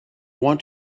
want